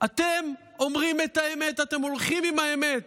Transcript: אתם אומרים את האמת, אתם הולכים עם האמת,